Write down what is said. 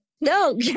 No